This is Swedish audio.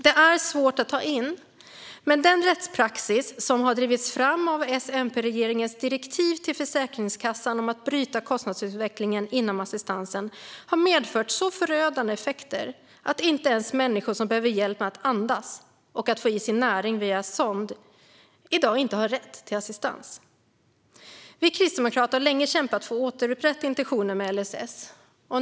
Det är svårt att ta in, men den rättspraxis som har drivits fram av S-MP-regeringens direktiv till Försäkringskassan om att bryta kostnadsutvecklingen inom assistansen har medfört så förödande effekter att inte ens människor som behöver hjälp med att andas och att få i sig näring via sond har rätt till assistans i dag. Vi kristdemokrater har länge kämpat för att återupprätta intentionen med LSS.